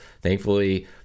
Thankfully